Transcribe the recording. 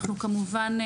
אנחנו כמובן,